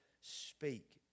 speak